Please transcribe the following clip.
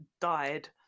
died